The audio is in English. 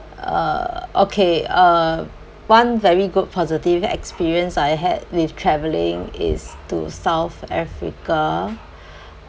uh okay uh one very good positive experience I had with travelling is to south africa